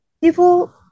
People